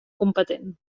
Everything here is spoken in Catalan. competent